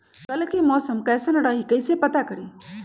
कल के मौसम कैसन रही कई से पता करी?